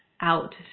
out